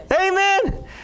Amen